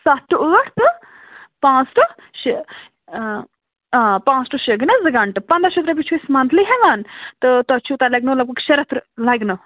ستھ ٹُو ٲٹھ تہٕ پانٛژھ ٹُو شےٚ پانٛژھ ٹُو شےٚ گٔے نَہ زٕ گنٛٹہٕ پنٛداہ شتھ رۄپیہِ چھِ أسۍ منتھلی ہٮ۪وان تہٕ تُہۍ چھُو تۄہہِ لگنیو لگ بگ شےٚ رٮ۪تھ لگنیو